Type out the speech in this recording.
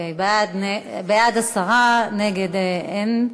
בעד, 10, נגד, אין,